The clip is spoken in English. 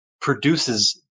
produces